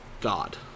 God